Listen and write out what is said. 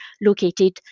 located